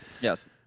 Yes